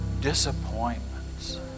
disappointments